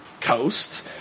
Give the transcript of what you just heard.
coast